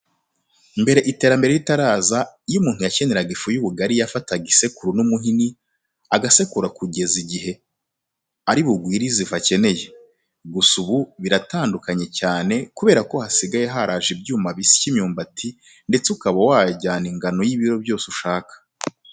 Mbere iterambere ritaraza, iyo umuntu yakeneraga ifu y'ubugari yafataga isekuru n'umuhini agasekura kugeza igihe ari bugwirize ifu akeneye. Gusa ubu biratandukanye cyane kubera ko hasigaye haraje ibyuma bisya imyumbati ndetse ukaba wajyana ingano y'ibiro byose ushaka.